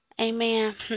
Amen